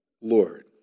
Lord